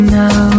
now